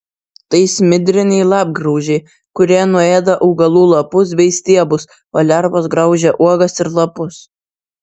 tai smidriniai lapgraužiai kurie nuėda augalų lapus bei stiebus o lervos graužia uogas ir lapus